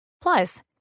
Plus